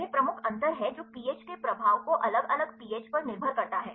यह प्रमुख अंतर है जो पीएच के प्रभाव को अलग अलग पीएच पर निर्भर करता है